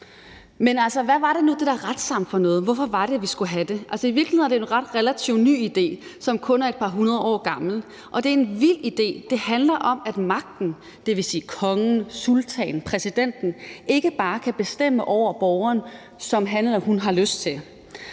hvad er det nu, det der retssamfund er for noget? Hvorfor var det, at vi skulle have det? I virkeligheden er det en relativt ny idé, som kun er et par hundrede år gammel. Og det er en vild idé: Det handler om, at magten, dvs. kongen, sultanen eller præsidenten, ikke bare kan bestemme over borgeren, som han eller hun har lyst til.